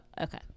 okay